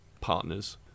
partners